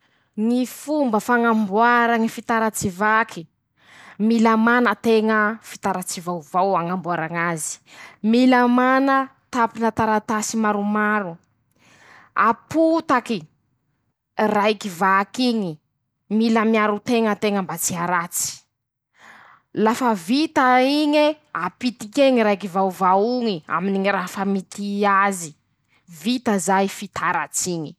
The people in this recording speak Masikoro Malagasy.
Ñy fomba fangamboara ñy fitaratsy vaky: -Mila mana teña fitaratsy vaovao hañamboar'azy. -Mila mana tapina taratasy maromaro apotaky, raiky vak'iñy. -Mila miaro tena teña mba tsy haratsy, lafa vita iñe, apitik'eñy raiky vaova'oñy, aminy ñy raha famitih'azy, vita zay fitaratsy.